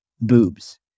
boobs